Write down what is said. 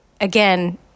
again